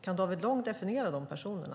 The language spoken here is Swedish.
Kan David Lång definiera de personerna?